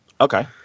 Okay